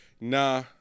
Nah